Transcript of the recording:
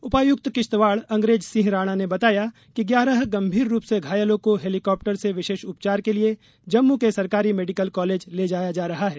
उपायुक्त किश्तवाड़ अंग्रेज सिंह राणा ने बताया कि ग्यारह गंभीर रूप से घायलों को हेलिकॉप्टर से विशेष उपचार के लिए जम्मू के सरकारी मेडिकल कॉलेज ले जाया जा रहा है